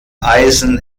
eisen